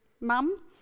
mum